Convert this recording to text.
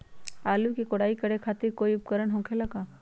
आलू के कोराई करे खातिर कोई उपकरण हो खेला का?